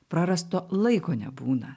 prarasto laiko nebūna